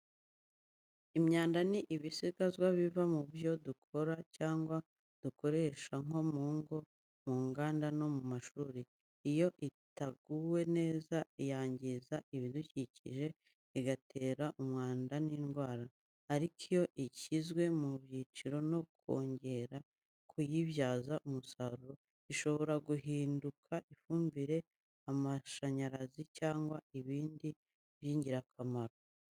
Imyanda ni ibisigazwa biva mu byo dukora cyangwa dukoresha nko mu ngo, mu nganda no mu mashuri. Iyo idateguwe neza, yangiza ibidukikije, igatera umwanda n’indwara. Ariko iyo ishyizwe mu byiciro no kongera kuyibyaza umusaruro, ishobora guhinduka ifumbire, amashanyarazi cyangwa ibindi by’ingirakamaro.